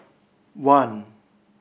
one